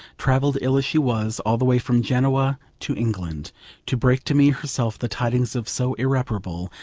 travelled, ill as she was, all the way from genoa to england to break to me herself the tidings of so irreparable,